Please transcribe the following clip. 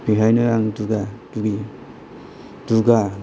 बेहायनो आं दुगा दुगि दुगा